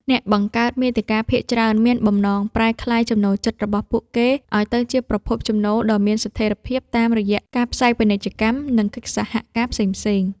អ្នកបង្កើតមាតិកាភាគច្រើនមានបំណងប្រែក្លាយចំណូលចិត្តរបស់ពួកគេឱ្យទៅជាប្រភពចំណូលដ៏មានស្ថេរភាពតាមរយៈការផ្សាយពាណិជ្ជកម្ម និងកិច្ចសហការផ្សេងៗ។